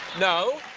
no,